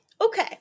Okay